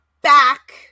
back